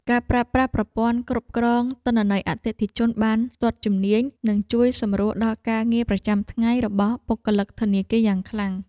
ការប្រើប្រាស់ប្រព័ន្ធគ្រប់គ្រងទិន្នន័យអតិថិជនបានស្ទាត់ជំនាញនឹងជួយសម្រួលដល់ការងារប្រចាំថ្ងៃរបស់បុគ្គលិកធនាគារយ៉ាងខ្លាំង។